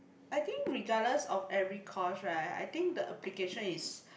I think regardless of every course right I think the application is